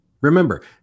Remember